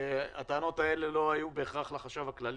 הטענות האלה לא היו בהכרח לחשב הכללי,